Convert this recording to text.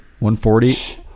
140